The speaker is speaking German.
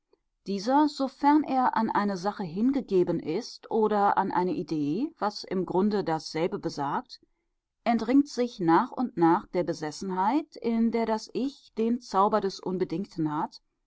dieser sofern er an eine sache hingegeben ist oder an eine idee was im grunde dasselbe besagt entringt sich nach und nach der besessenheit in der das ich den zauber des unbedingten hat